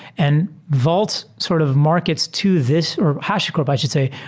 and vault sort of markets to this. or hashicorp, i should say,